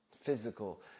Physical